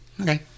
Okay